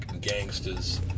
gangsters